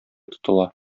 тотыла